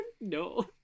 no